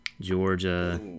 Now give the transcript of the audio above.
Georgia